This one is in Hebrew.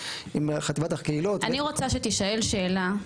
חטיבת הקהילות --- אני רוצה שתישאל שאלה,